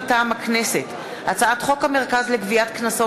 מטעם הכנסת: הצעת חוק המרכז לגביית קנסות,